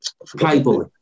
Playboy